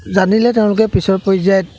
জানিলে তেওঁলোকে পিছৰ পৰ্যায়ত